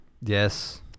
Yes